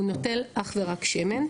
הוא נוטל אך ורק שמן,